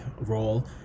role